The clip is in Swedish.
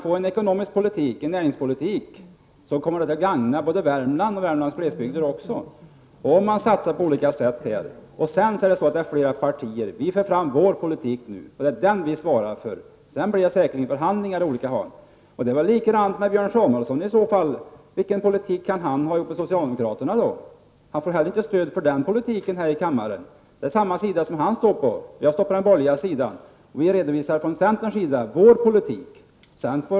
Vår ekonomiska politik och näringspolitik kommer att gagna även Värmland och Värmlands glesbygd. Olika partier satsar på olika sätt. Vi för fram vår politik nu, och den svarar vi för. Det blir säkerligen förhandlingar i olika hörn. Egentligen är det samma sak för Björn Samuelson. Vilken politik kan han föra tillsammans med socialdemokraterna? Han får inte stöd för den politiken här i kammaren. Björn Samuelson står på den ena sidan, och jag står på den borgerliga sidan. Vi redovisar från centerns sida vår politik.